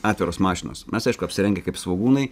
atviros mašinos mes aišku apsirengę kaip svogūnai